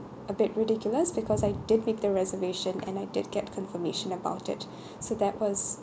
a bit ridiculous because I did with the reservation and I did get confirmation about it so that was